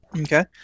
okay